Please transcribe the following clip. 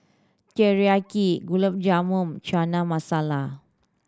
Teriyaki Gulab Jamun Chana Masala